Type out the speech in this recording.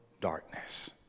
darkness